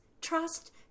Trust